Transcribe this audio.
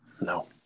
No